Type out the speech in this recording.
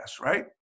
right